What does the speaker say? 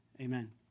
amen